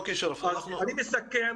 אסכם: